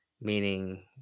meaning